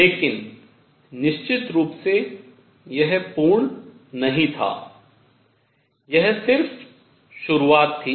लेकिन निश्चित रूप से यह पूर्ण नहीं था यह सिर्फ शुरुआत थी